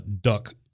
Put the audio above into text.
duck